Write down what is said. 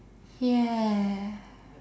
ya